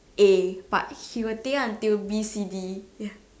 A but he will think until B C D